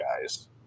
guys